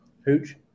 Hooch